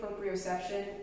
proprioception